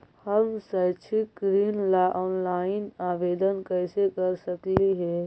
हम शैक्षिक ऋण ला ऑनलाइन आवेदन कैसे कर सकली हे?